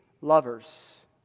lovers